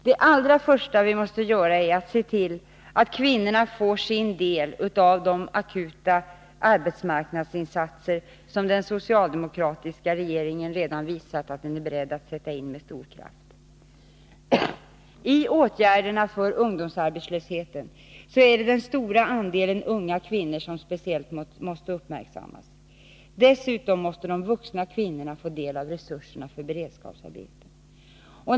Det allra första vi måste göra är att se till att kvinnorna får sin del av de akuta arbetsmarknadsinsatser som den socialdemokratiska regeringen redan visat att den är beredd att sätta in med stor kraft. I fråga om åtgärderna för ungdomsarbetslösheten är det den stora andelen unga kvinnor som speciellt måste uppmärksammas. Dessutom måste de vuxna kvinnorna få del av resurserna för beredskapsarbeten.